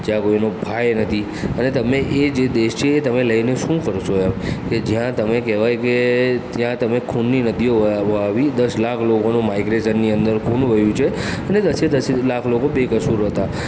જ્યાં કોઇનો ભાઈ નથી અને તમે એ જે દેશ છે એ તમે લઇને શું કરશો એમ કે જ્યાં તમે કહેવાય કે ત્યાં તમે ખૂનની નદીઓ વહે વહાવી દસ લાખ લોકોનું માઇગ્રેશનની અંદર ખૂન વહ્યું છે અને દસે દસ લાખ લોકો બેકસૂર હતા